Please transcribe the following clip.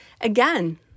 again